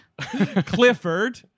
Clifford